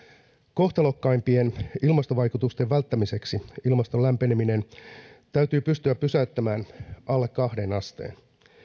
kohtalokkaimpien ilmastovaikutusten välttämiseksi ilmaston lämpeneminen täytyy pystyä pysäyttämään alle kahden asteen